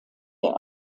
der